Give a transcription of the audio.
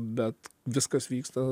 bet viskas vyksta